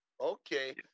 Okay